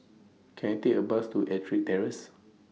Can I Take A Bus to Ettrick Terrace